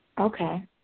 Okay